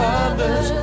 others